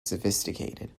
sophisticated